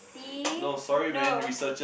si~ no